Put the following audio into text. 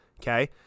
Okay